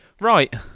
Right